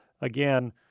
again